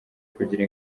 kugira